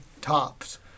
tops